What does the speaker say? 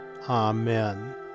Amen